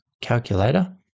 calculator